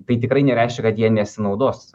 tai tikrai nereiškia kad jie nesinaudos